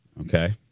Okay